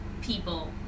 people